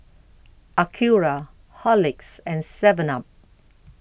Acura Horlicks and Seven up